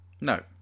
No